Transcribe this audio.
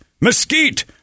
Mesquite